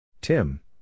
Tim